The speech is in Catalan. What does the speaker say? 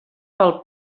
pel